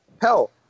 Hell